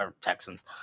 Texans